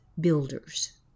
builders